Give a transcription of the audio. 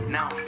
now